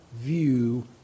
view